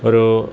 ഒരൂ